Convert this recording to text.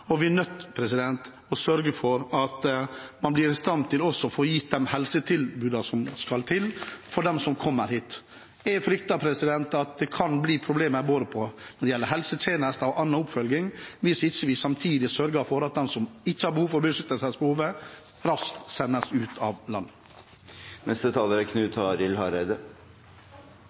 og vi er nødt til å sørge for at vi blir i stand til å gi de helsetilbudene som skal til for dem som kommer hit. Jeg frykter at det kan bli problemer både når det gjelder helsetjenester og annen oppfølging hvis vi ikke samtidig sørger for at de som ikke har behov for beskyttelse, raskt sendes ut av landet. Eg vil takke statsministeren for ei veldig god og brei utgreiing. Det er